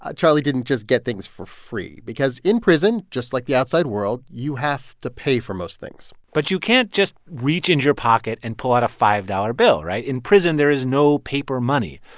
ah charlie didn't just get things for free because in prison, just like the outside world, you have to pay for most things but you can't just reach into your pocket and pull out a five dollars bill, right? in prison, there is no paper money.